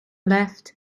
left